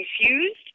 confused